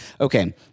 Okay